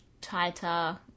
tighter